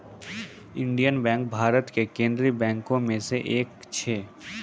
Indian bank Bharat के केन्द्रीय बैंको मे से एक छै